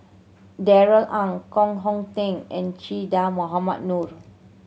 Darrell Ang Koh Hong Teng and Che Dah Mohamed Noor